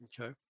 Okay